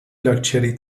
لاکچری